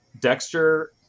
Dexter